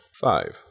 Five